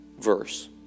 verse